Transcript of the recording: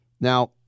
Now